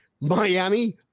Miami